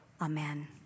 amen